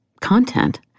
content